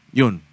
yun